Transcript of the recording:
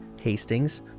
Hastings